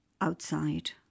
outside